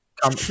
Come